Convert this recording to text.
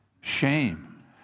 shame